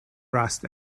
rust